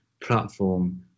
platform